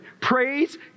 Praise